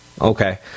Okay